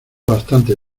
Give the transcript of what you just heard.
bastante